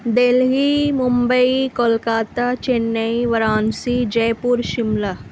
Delhi Mumbai Kolkata Chennai Varanasi Jaipur Shimla